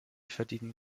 verdienen